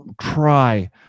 try